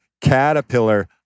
caterpillar